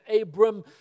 Abram